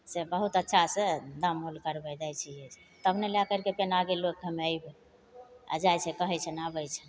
से बहुत अच्छासे दाम मोल करबै जाइ छिए तब ने लै करिके पेनहा गेल लोक हमे अएबै आओर जाइ छै कहै छिअनि आबै छै